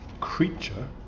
creature